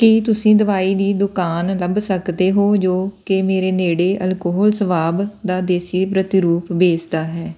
ਕੀ ਤੁਸੀਂ ਦਵਾਈ ਦੀ ਦੁਕਾਨ ਲੱਭ ਸਕਦੇ ਹੋ ਜੋ ਕਿ ਮੇਰੇ ਨੇੜੇ ਅਲਕੋਹਲ ਸਵਾਬ ਦਾ ਦੇਸੀ ਪ੍ਰਤੀਰੂਪ ਵੇਚਦਾ ਹੈ